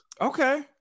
Okay